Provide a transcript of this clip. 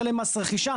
משלם מס רכישה,